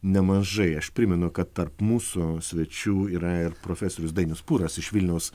nemažai aš primenu kad tarp mūsų svečių yra ir profesorius dainius pūras iš vilniaus